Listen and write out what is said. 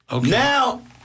Now